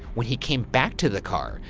when he came back to the car,